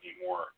anymore